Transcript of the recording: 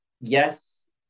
yes